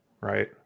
right